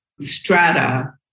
strata